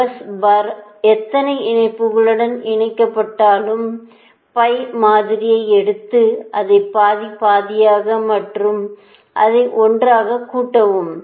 ஒரு bus bar எத்தனை இணைப்புகளுடன் இணைக்கப்பட்டாலும் pi மாதிரியை எடுத்து அதை பாதி பாதியாக மற்றும் அதை ஒன்றாகச் கூட்டவும்